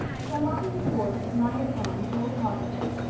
charlotta the fourth admired anne wholeheartedly.